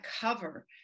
cover